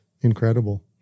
Incredible